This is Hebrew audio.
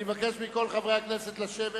אני מבקש מכל חברי הכנסת לשבת.